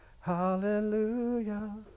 hallelujah